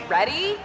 Ready